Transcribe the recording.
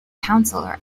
counselor